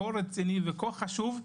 כה רציני וחשוב,